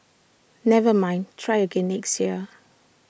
never mind try again next year